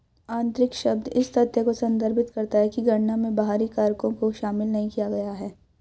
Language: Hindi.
आंतरिक शब्द इस तथ्य को संदर्भित करता है कि गणना में बाहरी कारकों को शामिल नहीं किया गया है